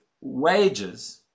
wages